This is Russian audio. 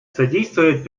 содействовать